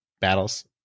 battles